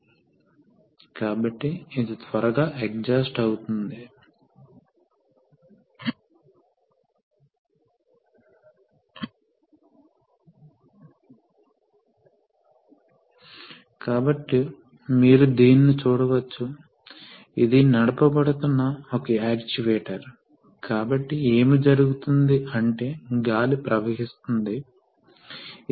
ఈ సెట్టింగ్ ఏదో ఒక సమయంలో మించిపోతే ఈ రిలీఫ్ వాల్వ్ వెంట్ అవుతుంది కాబట్టి ఆ సమయంలో పంప్ ప్రవాహం ఉంటుంది కాబట్టి ఇది రెండు పంపులు లోడ్చేయబడి ఉన్న సందర్భంఇక్కడ మరొక చిత్రంలో గమనయించినట్లైతే ఇందులో పంప్ A అన్లోడ్ చేయబడిన కేసును మనం చూడగలుగుతాము